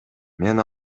мен